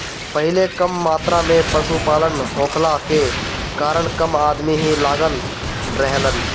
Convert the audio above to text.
पहिले कम मात्रा में पशुपालन होखला के कारण कम अदमी ही लागत रहलन